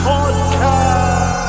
Podcast